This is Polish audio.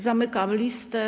Zamykam listę.